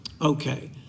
Okay